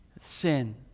Sin